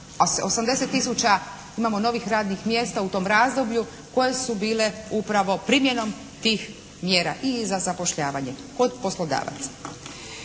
tisuća imamo novih radnih mjesta u tom razdoblju koje su bile upravo primjenom tih mjera i za zapošljavanje kod poslodavaca.